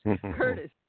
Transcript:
Curtis